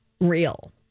real